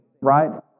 right